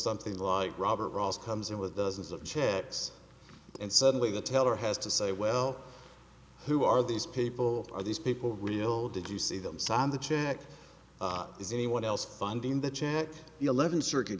something like robert ross comes in with dozens of checks and suddenly the teller has to say well who are these people are these people real did you see them sign the check is anyone else finding the check eleven circuit